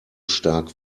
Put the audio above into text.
stark